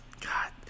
God